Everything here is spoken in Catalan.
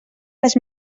les